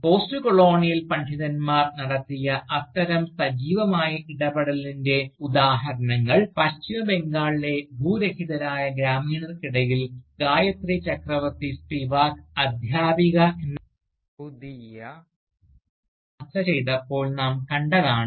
postcolonial പണ്ഡിതന്മാർ നടത്തിയ അത്തരം സജീവമായ ഇടപെടലിൻറെ ഉദാഹരണങ്ങൾ പശ്ചിമ ബംഗാളിലെ ഭൂരഹിതരായ ഗ്രാമീണർക്കിടയിൽ ഗായത്രി ചക്രവർത്തി സ്പിവാക് അദ്ധ്യാപിക എന്ന നിലയിൽ നടത്തിയ ഇടപെടലുകൾ ചർച്ച ചെയ്തപ്പോൾ നാം കണ്ടതാണ്